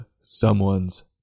someone's